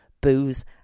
booze